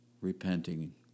repenting